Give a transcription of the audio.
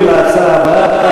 אנחנו עוברים להצעה הבאה,